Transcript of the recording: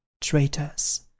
Traitors